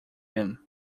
him